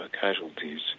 casualties